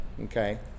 Okay